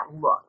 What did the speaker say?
look